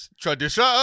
Tradition